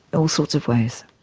all sorts of ways.